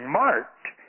marked